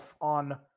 on